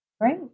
Great